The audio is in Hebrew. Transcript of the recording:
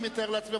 אני מתאר לעצמי,